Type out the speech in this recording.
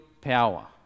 power